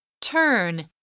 Turn